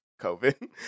COVID